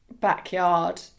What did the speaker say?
Backyard